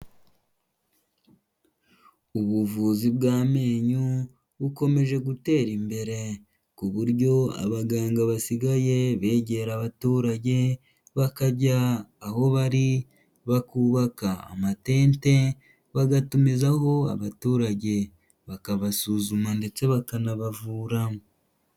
Ubuvuzi bw'amenyo bukomeje gutera imbere ku buryo abaganga basigaye begera abaturage, bakajya aho bari bakubaka amatente, bagatumizaho abaturage, bakabasuzuma ndetse bakanabavura.